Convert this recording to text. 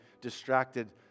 distracted